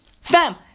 Fam